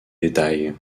détails